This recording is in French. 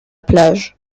plage